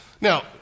Now